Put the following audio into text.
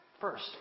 First